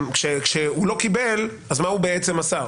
כשהוא לא קיבל, מה הוא בעצם עשה?